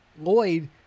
Lloyd